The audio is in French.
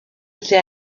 était